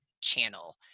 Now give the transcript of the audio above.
channel